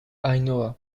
ainhoa